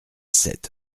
sept